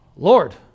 Lord